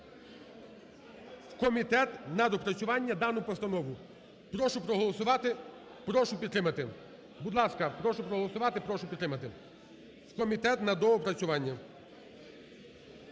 в комітет на доопрацювання дану постанову. Прошу проголосувати, прошу підтримати. Будь ласка, прошу проголосувати, прошу підтримати в комітет на доопрацювання.